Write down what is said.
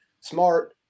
smart